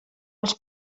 els